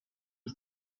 ich